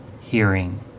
hearing